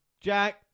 Jack